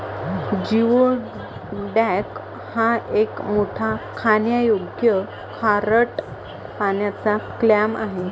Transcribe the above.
geoduck हा एक मोठा खाण्यायोग्य खारट पाण्याचा क्लॅम आहे